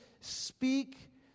speak